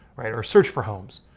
alright. or search for homes,